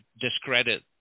discredit